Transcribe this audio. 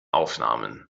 aufnahmen